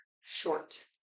Short